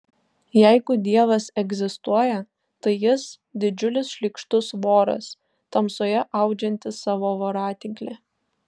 jeigu dievas egzistuoja tai jis didžiulis šlykštus voras tamsoje audžiantis savo voratinklį